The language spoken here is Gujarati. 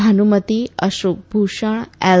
ભાનુમતી અશોક ભુષણ એલ